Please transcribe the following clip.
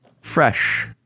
Fresh